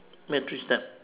what three tap